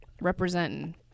representing